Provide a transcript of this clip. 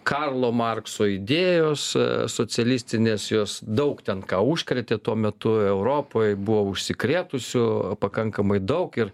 karlo markso idėjos socialistinės jos daug ten ką užkrėtė tuo metu europoj buvo užsikrėtusių pakankamai daug ir